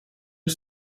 het